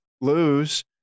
lose